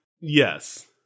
Yes